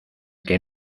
que